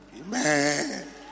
Amen